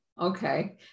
okay